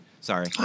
Sorry